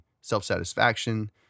self-satisfaction